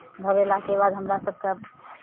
घबरेलाके बाद हमरा सभकेँ